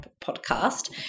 podcast